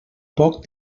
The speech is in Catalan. poc